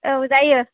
औ जायो